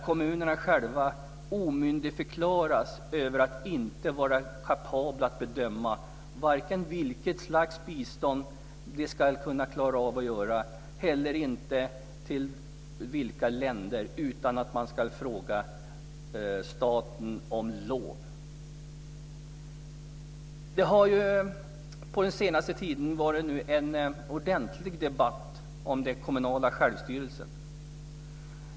Kommunerna själva omyndigförklaras. De är inte kapabla att bedöma vilket slags bistånd de ska kunna klara av att ge och heller inte till vilka länder det ska gå, utan de ska fråga staten om lov. Det har på senaste tiden varit en ordentlig debatt om den kommunala självstyrelsen.